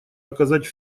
оказать